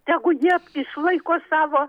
tegu jie išlaiko savo